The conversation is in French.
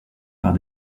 par